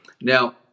now